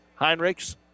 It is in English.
Heinrichs